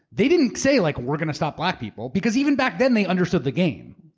they didn't say, like we're going to stop black people, because even back then they understood the game.